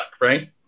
right